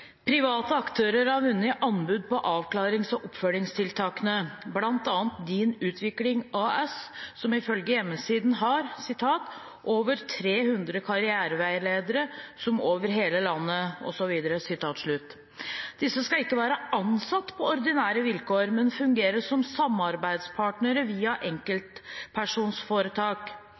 oppfølgingstiltakene, bl.a. Din Utvikling AS som ifølge hjemmesiden har «over 300 karriereveiledere over hele landet [...]». Disse skal ikke være ansatt på ordinære vilkår, men fungerer som «samarbeidspartnere» via enkeltpersonforetak.